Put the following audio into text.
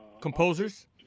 Composers